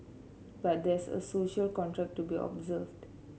but there's a social contract to be observed